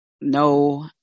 No